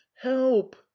help